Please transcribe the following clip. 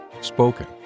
spoken